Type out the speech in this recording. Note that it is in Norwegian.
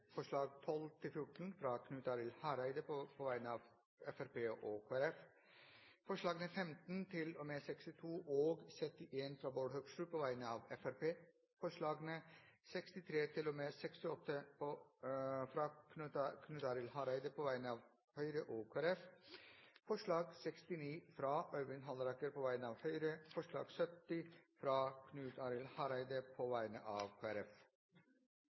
forslag. Det er forslagene nr. 1–11, fra Bård Hoksrud på vegne av Fremskrittspartiet og Høyre forslagene nr. 12–14, fra Knut Arild Hareide på vegne av Fremskrittspartiet og Kristelig Folkeparti forslagene nr. 15–62 og 71, fra Bård Hoksrud på vegne av Fremskrittspartiet forslagene nr. 63–68, fra Knut Arild Hareide på vegne av Høyre og Kristelig Folkeparti forslag nr. 69, fra Øyvind Halleraker på vegne av Høyre forslag nr. 70, fra Knut Arild Hareide på vegne